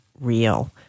real